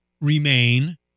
remain